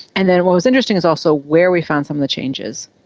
and then what was interesting was also where we found some of the changes.